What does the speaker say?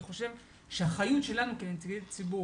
אני חושב שהאחריות שלנו כנציגי ציבור,